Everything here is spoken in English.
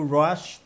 rush